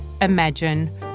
imagine